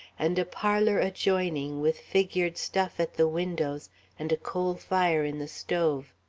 and a parlour adjoining with figured stuff at the windows and a coal fire in the stove.